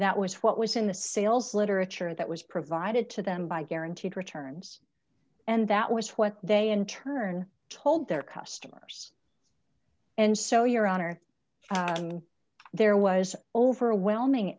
that was what was in the sales literature that was provided to them by guaranteed returns and that was what they in turn told their customers and so your honor there was overwhelming